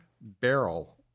barrel